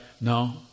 no